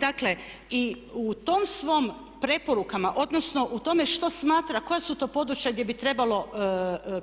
Dakle, i u tom svom preporukama odnosno u tome što smatra, koja su to područja gdje bi trebalo